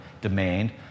demand